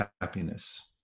happiness